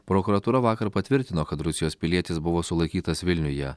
prokuratūra vakar patvirtino kad rusijos pilietis buvo sulaikytas vilniuje